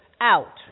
out